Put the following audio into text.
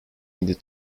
needed